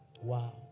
Wow